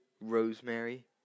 Rosemary